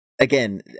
Again